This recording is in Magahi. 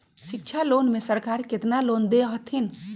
शिक्षा लोन में सरकार केतना लोन दे हथिन?